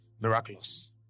Miraculous